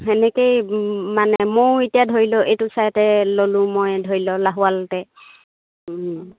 তেনেকেই মানে মইও এতিয়া ধৰি লওক এইটো চাইডে ল'লোঁ মই ধৰি লওঁ লাহোৱালতে